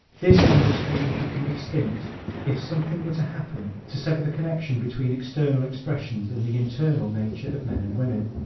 this industry would become extinct if something were to happen to sever the connection between external expressions and the internal nature of men and women.